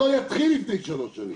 זה לא יתחיל לפני שלוש שנים.